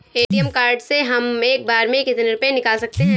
ATM card से हम एक बार में कितने रुपये निकाल सकते हैं?